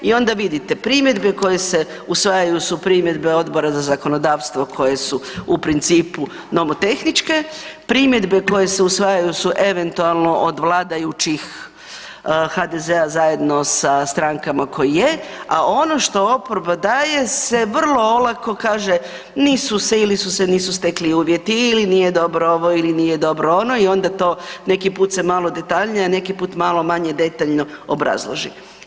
I onda vidite primjedbe koje se usvajaju su primjedbe Odbora za zakonodavstvo koje su u principu nomotehničke, primjedbe koje se usvajaju su eventualno od vladajućih HDZ-a zajedno sa strankama koje je, a ono što oporba daje se vrlo olako kaže nisu se ili su se nisu stekli uvjeti ili nije dobro ovo ili nije dobro onda i onda to neki put se malo detaljnije, a neki put malo manje detaljno obrazloži.